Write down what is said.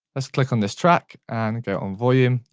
let's click on this track and go on volume.